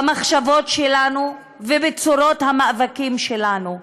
במחשבות שלנו ובצורות המאבקים שלנו.